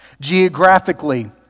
geographically